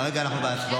כרגע אנחנו בהצבעות.